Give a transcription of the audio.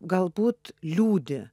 galbūt liūdi